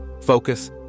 focus